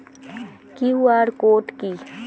QR code কি?